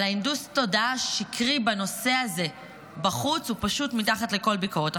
הינדוס התודעה השקרי בנושא הזה בחוץ הוא פשוט מתחת לכל ביקורת.